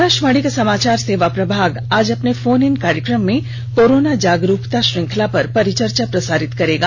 आकाशवाणी का समाचार सेवा प्रभाग आज अपने फोन इन कार्यक्रम में कोरोना जागरूकता श्रृंखला पर परिचर्चा प्रसारित करेगा